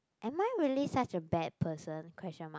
am I really such a bad person question mark